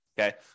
okay